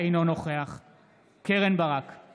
(קורא בשמות חברי הכנסת) מיכאל מרדכי ביטון,